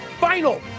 final